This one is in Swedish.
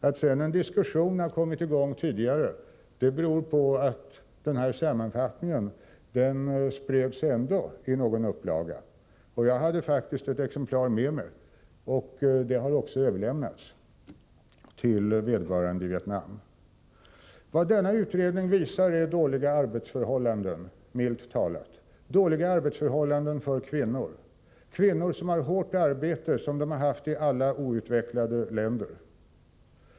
Att det sedan kommit i gång en diskussion tidigare beror på att den här sammanfattningen ändå spreds i någon upplaga. Jag hade faktiskt ett exemplar med mig, och det har överlämnats till vederbörande i Vietnam. Vad denna utredning visar är dåliga arbetsförhållanden — milt sagt — för kvinnor. Kvinnorna där har ett hårt arbete, vilket de haft i alla outvecklade länder.